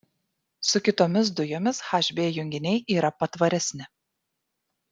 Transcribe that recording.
su kitomis dujomis hb junginiai yra patvaresni